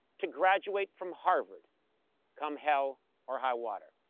to graduate from harvard come hell or high water.